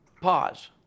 pause